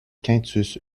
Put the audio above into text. quintus